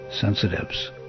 sensitives